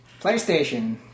PlayStation